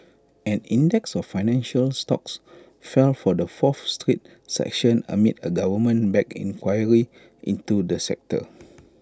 an index of financial stocks fell for the fourth straight session amid A government backed inquiry into the sector